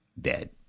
dead